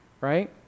right